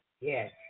Yes